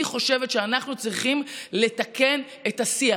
אני חושבת שאנחנו צריכים לתקן את השיח,